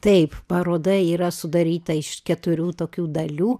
taip paroda yra sudaryta iš keturių tokių dalių